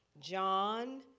John